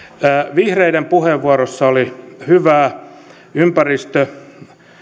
vihreiden puheenvuorossa oli hyvää ympäristö